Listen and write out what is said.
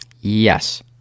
Yes